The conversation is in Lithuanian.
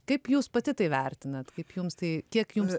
kaip jūs pati tai vertinat kaip jums tai kiek jums